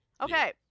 okay